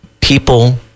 people